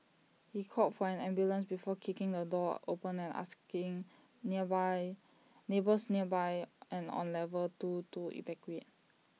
he called for an ambulance before kicking the door open and asking nearby neighbours nearby and on level two to evacuate